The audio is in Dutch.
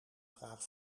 vraag